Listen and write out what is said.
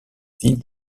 ville